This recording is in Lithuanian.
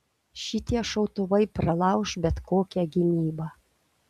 šitie šautuvai pralauš bet kokią gynybą